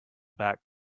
back